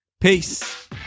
Peace